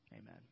Amen